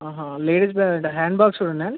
అహా ladies bag అంటే handbags కూడా ఉన్నయా